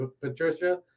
Patricia